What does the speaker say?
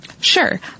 Sure